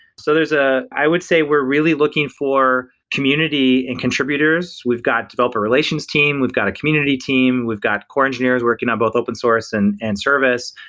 so there's a i would say we're really looking for community and contributors. we've got developer relations team, we've got a community team, we've got core engineers working on both open-source and and service.